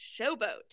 Showboat